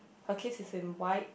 her kids is in white